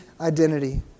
identity